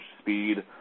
speed